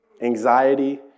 anxiety